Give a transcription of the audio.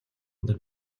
өдөр